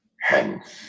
hence